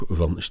van